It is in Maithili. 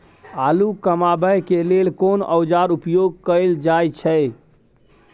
आलू कमाबै के लेल कोन औाजार उपयोग कैल जाय छै?